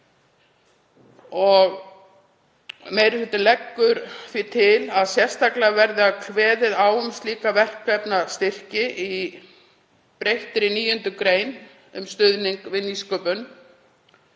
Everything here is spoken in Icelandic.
Meiri hlutinn leggur því til að sérstaklega verði kveðið á um slíka verkefnastyrki í breyttri 9. gr. um stuðning við nýsköpun.